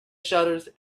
shutters